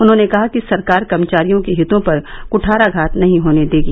उन्होंने कहा कि सरकार कर्मचारियों के हितों पर कुठाराघात नहीं होने देगी